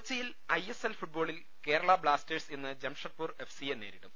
കൊച്ചിയിൽ ഐ എസ് എൽ ഫുട്ബോളിൽ കേരളാ ബ്ലാസ്റ്റേഴ്സ് ഇന്ന് ജംഷഡ്പൂർ എഫ് സി യെ നേരിടും